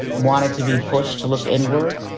wanted to be pushed to look inward.